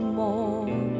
more